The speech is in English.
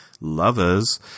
lovers